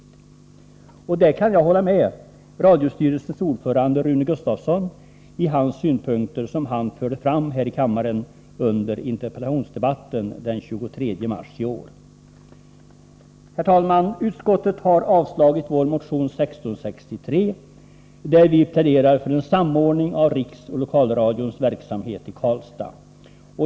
Jag kan i det fallet hålla med radiostyrelsens ordförande Rune Gustavsson om de synpunkter som han förde fram här i kammaren under interpellationsdebatten den 23 mars i år. Herr talman! Utskottet har avstyrkt vår motion 1663, där vi pläderar för en samordning av Riksoch Lokalradions verksamhet i Karlstad.